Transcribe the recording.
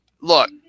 look